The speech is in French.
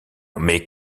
mais